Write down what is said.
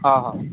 हा हा